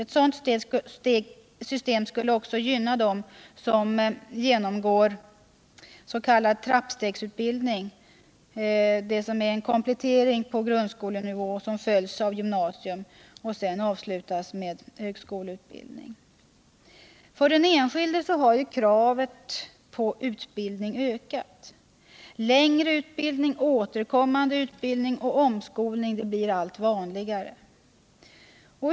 Ett sådant system skulle också gynna dem som genomgår s.k. trappstegsutbildning, dvs. en komplettering på grundskolenivå, följd av gymnasium för att därför avslutas med högskoleutbildning. För den enskilde har kraven på utbildning ökat. Längre utbildning, återkommande utbildning och omskolning blir allt vanligare.